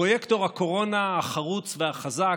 פרויקטור הקורונה החרוץ והחזק,